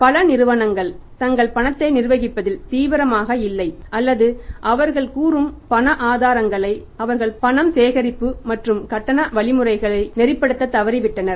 பல நிறுவனங்கள் தங்கள் பணத்தை நிர்வகிப்பதில் தீவிரமாக இல்லை அல்லது அவர்கள் கூறும் பண ஆதாரங்களை அவர்கள் பணம் சேகரிப்பு மற்றும் கட்டண வழிமுறைகளை நெறிப்படுத்தத் தவறிவிட்டனர்